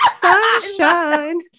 Sunshine